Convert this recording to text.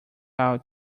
out